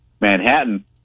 Manhattan